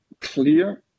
clear